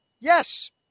Yes